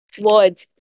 words